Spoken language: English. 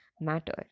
matter